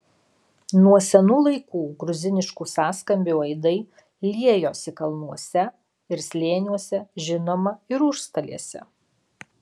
nuo senų laikų gruziniškų sąskambių aidai liejosi kalnuose ir slėniuose žinoma ir užstalėse